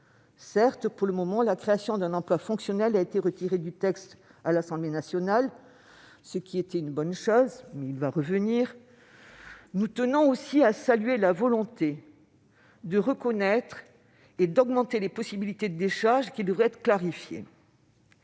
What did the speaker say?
Certes, pour le moment, la création d'un emploi fonctionnel a été retirée du texte à l'Assemblée nationale, ce qui est une bonne chose. Mais cette proposition va revenir. Nous tenons à saluer la volonté de reconnaître et d'augmenter les possibilités de décharge, mais il faudrait clarifier